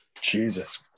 Jesus